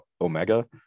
Omega